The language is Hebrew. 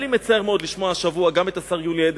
היה לי מצער מאוד לשמוע השבוע גם את השר יולי אדלשטיין,